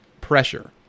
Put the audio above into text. pressure